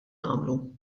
nagħmlu